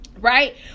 right